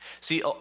See